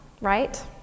right